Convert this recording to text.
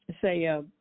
say